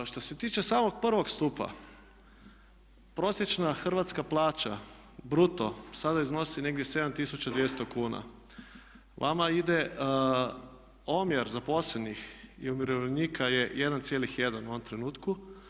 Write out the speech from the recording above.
Što se tiče samog prvog stupa, prosječna hrvatska plaća bruto sada iznosi negdje 7200kn, vama ide, omjer zaposlenih i umirovljenika je 1,1 u ovom trenutku.